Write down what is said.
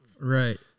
Right